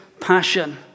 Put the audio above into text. passion